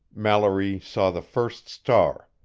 mallory saw the first star,